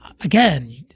again